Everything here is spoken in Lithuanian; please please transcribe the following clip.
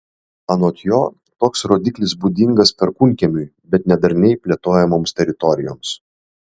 anot jo toks rodiklis būdingas perkūnkiemiui bet ne darniai plėtojamoms teritorijoms